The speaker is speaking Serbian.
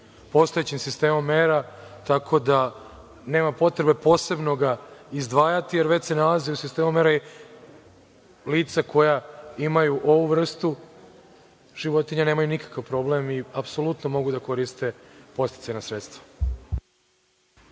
postojećim sistemom mera, tako da nema potrebe posebno ga izdvajati, jer se već nalazi u sistemu mera i lica koja imaju ovu vrstu životinja nemaju nikakav problem i apsolutno mogu da koriste podsticajna sredstva.